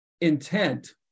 intent